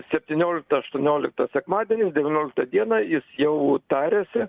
septyniolikta aštuoniolikta sekmadienis devynioliktą dieną jis jau tariasi